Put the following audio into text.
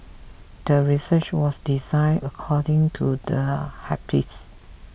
the research was designed according to the hypothesis